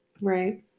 Right